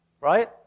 right